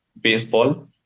baseball